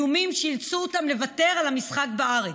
איומים שאילצו אותם לוותר על המשחק בארץ.